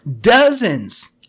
dozens